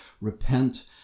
Repent